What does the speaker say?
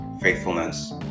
faithfulness